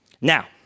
Now